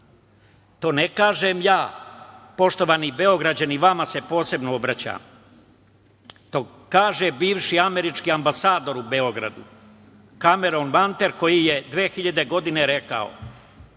To ne kažem ja, poštovani Beograđani, vama se posebno obraćam, to kaže bivši američki ambasador u Beogradu Kameron Manter, koji je 2009. godine rekao: